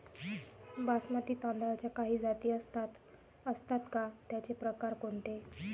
बासमती तांदळाच्या काही जाती असतात का, त्याचे प्रकार कोणते?